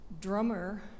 drummer